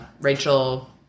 Rachel